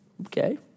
okay